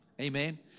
Amen